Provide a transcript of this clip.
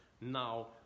Now